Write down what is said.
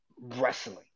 wrestling